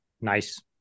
Nice